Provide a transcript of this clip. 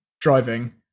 driving